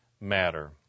matter